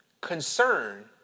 Concern